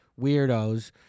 weirdos